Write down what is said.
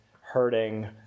hurting